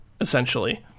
essentially